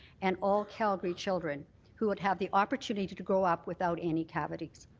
and all calgary children who would have the opportunity to to grow up without any cavities.